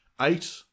Eight